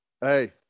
hey